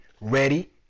ready